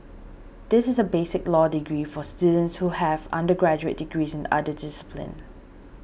this is a basic law degree for students who have undergraduate degrees in other disciplines